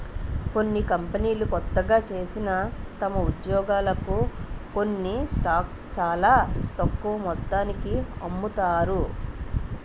కొన్ని కంపెనీలు కొత్తగా చేరిన తమ ఉద్యోగులకు కొన్ని స్టాక్స్ చాలా తక్కువ మొత్తానికి అమ్ముతారు